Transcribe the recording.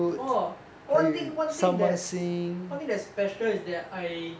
orh one thing one thing that's one thing that's special is that I